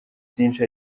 byinshi